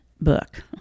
book